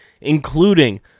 including